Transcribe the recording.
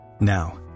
Now